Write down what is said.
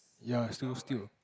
ya still still